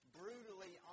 brutally